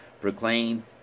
Proclaim